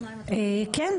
כן,